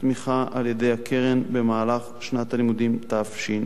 על-ידי הקרן במהלך שנת הלימודים תשע"ב: